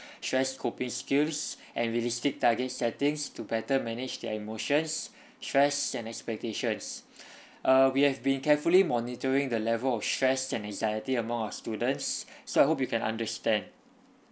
stress coping skills and realistic targets settings to better manage their emotions stress and expectations err we have been carefully monitoring the level of stress and anxiety among our students so I hope you can understand